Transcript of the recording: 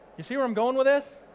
you see where i'm going with this?